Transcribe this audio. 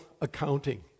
accounting